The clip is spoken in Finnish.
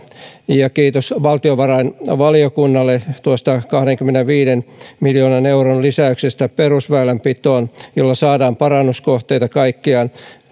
kiitos valtiovarainvaliokunnalle tuosta kahdenkymmenenviiden miljoonan euron lisäyksestä perusväylänpitoon jolla saadaan parannuskohteita kaikkiaan